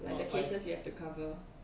like the courses you have to cover